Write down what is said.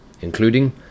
including